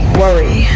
worry